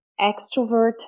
extrovert